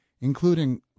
including